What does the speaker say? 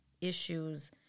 issues